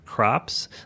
Crops